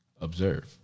observe